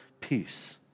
peace